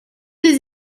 les